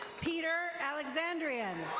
peter alexandrian.